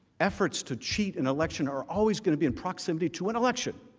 efforts to cheat an election are always going to be in proximity to an election.